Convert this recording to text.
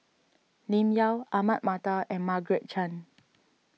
Lim Yau Ahmad Mattar and Margaret Chan